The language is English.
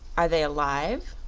are they alive?